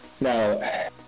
now